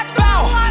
bow